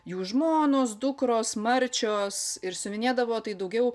jų žmonos dukros marčios ir siuvinėdavo tai daugiau